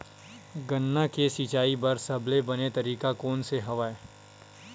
गन्ना के सिंचाई बर सबले बने तरीका कोन से हवय?